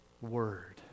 word